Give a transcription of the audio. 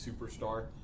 superstar